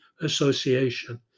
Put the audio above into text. association